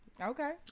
Okay